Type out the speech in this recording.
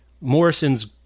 Morrison's